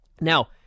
Now